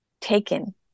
taken